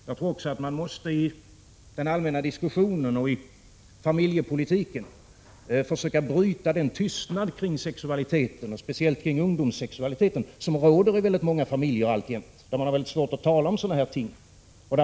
Jag tror också att man i den allmänna diskussionen och i familjepolitiken måste försöka bryta tystnaden kring sexualiteten — speciellt kring ungdoms sexualiteten — som råder i många familjer där man har svårt att tala om dessa saker.